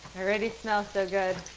already smells so good.